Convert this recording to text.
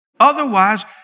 Otherwise